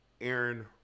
Aaron